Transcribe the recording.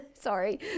Sorry